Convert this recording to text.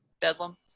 bedlam